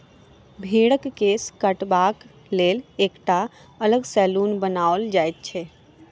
भेंड़क केश काटबाक लेल एकटा अलग सैलून बनाओल जाइत अछि